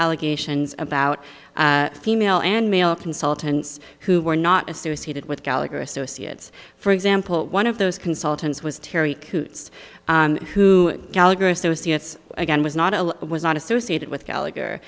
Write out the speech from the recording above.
allegations about female and male consultants who were not as serious he did with gallagher associates for example one of those consultants was terry coots who gallagher associates again was not a was not associated with gallagher